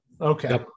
Okay